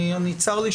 אני מנסה להבין.